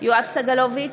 יואב סגלוביץ'